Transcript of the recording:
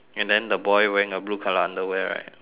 and then the boy wearing a blue colour underwear right